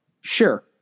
Sure